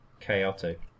chaotic